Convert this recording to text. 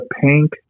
pink